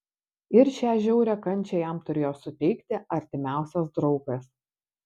ir šią žiaurią kančią jam turėjo suteikti artimiausias draugas